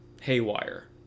haywire